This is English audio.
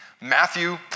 Matthew